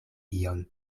ion